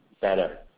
better